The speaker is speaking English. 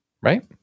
right